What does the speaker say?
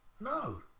No